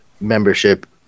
membership